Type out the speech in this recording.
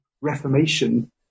reformation